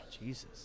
Jesus